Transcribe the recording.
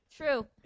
true